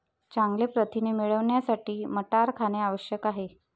चांगले प्रथिने मिळवण्यासाठी मटार खाणे आवश्यक आहे